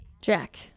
Jack